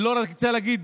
אני לא רוצה להגזים,